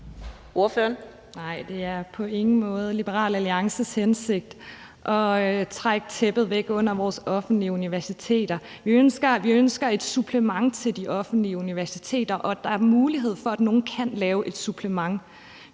det er på ingen måde Liberal Alliances hensigt at trække tæppet væk under vores offentlige universiteter. Vi ønsker et supplement til de offentlige universiteter, og at der er mulighed for, at nogle kan lave et supplement.